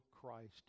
Christ